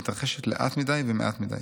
מתרחשת לאט מדי ומעט מדי.